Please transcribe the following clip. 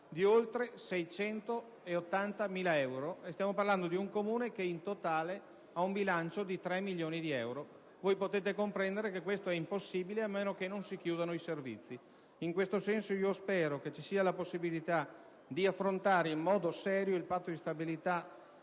oltre 680.000 euro. Stiamo parlando di un Comune che ha in totale un bilancio di 3 milioni euro. Potete quindi comprendere che ciò è impossibile, a meno che non si chiudano i servizi. In questo senso, spero che vi sia la possibilità di affrontare in modo serio il Patto di stabilità